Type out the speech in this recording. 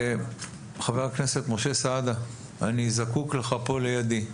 חבר הכנסת משה סעדה, אני זקוק לך כאן לידי,